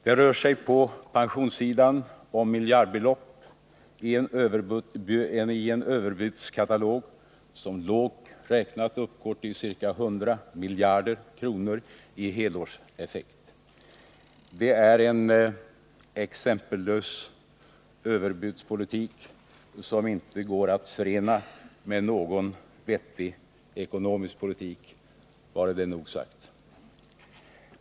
Det rör sig på pensionssidan om miljardbelopp i en överbudskatalog som lågt räknat uppgår till ca 100 miljarder kronor i helårseffekt. Det är en exempellös överbudspolitik som inte går att förena med någon vettig ekonomisk politik. — Vare därmed nog sagt om detta.